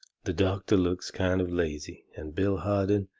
the doctor looks kind of lazy and bill harden,